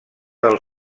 del